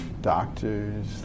doctors